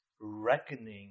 reckoning